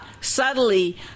subtly